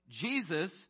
Jesus